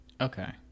okay